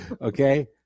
Okay